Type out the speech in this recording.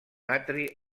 atri